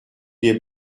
des